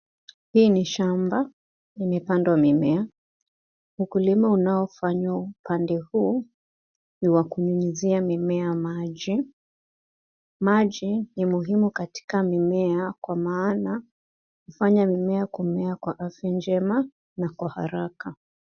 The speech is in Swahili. Hii ni shamba, imepandwa mimea, ukulima unaofanywa upande huu ni wa kunyunyuzia mimea maji, maji ni muhimu katika mimea kwa maana hufanya mimea kumea kwa afya njema na kwa haraka.